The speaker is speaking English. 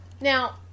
Now